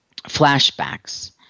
Flashbacks